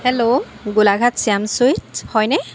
hello Golaghat Shyam sweets হয়নে